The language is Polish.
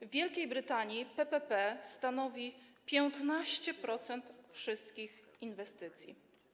W Wielkiej Brytanii PPP stanowi 15% wszystkich inwestycji.